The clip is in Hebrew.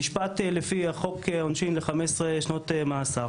נשפט לפי חוק העונשין ל-15 שנות מאסר?